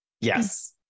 Yes